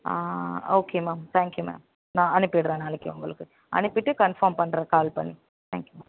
okay ma'am thank you ma'am நான் அனுப்பிடுறேன் நாளைக்கு உங்களுக்கு அனுப்பிவிட்டு கன்ஃபார்ம் பண்ணுறேன் கால் பண்ணி தேங்க் யூ மேம்